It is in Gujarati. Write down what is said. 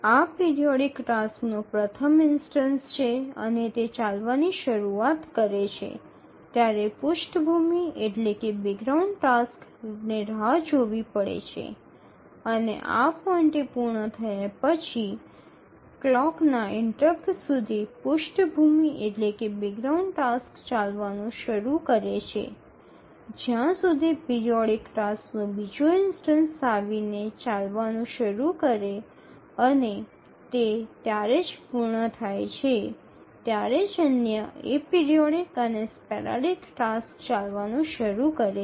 આ પિરિયોડિક ટાસ્કનો પ્રથમ ઇન્સ્ટનસ છે અને તે ચાલવાની શરૂઆત કરે છે ત્યારે પૃષ્ઠભૂમિ ટાસ્ક રાહ જોવી પડે છે અને આ પોઈન્ટએ પૂર્ણ થયા પછી ઘડિયાળના ઇન્ટરપ્ટ સુધી પૃષ્ઠભૂમિ ટાસ્ક ચાલવાનું શરૂ કરે છે જ્યાં સુધી પિરિયોડિક ટાસ્કનો બીજો ઇન્સ્ટનસ આવી ને ચાલવાનું શરૂ કરે અને તે ત્યારે જ પૂર્ણ થાય છે ત્યારે જ અન્ય એપરિઓઇડિક અને સ્પેરાડિક ટાસક્સ ચાલવાનું શરૂ કરે છે